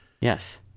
Yes